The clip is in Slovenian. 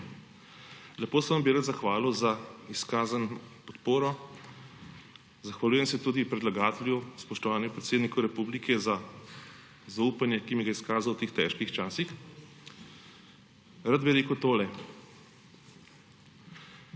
Lepo se vam bi rad zahvalil za izkazano podporo. Zahvaljujem se tudi predlagatelju, spoštovanemu predsedniku republike za zaupanje, ki mi ga je izkazal v teh težkih časih. Rad bi rekel tole.